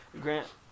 Grant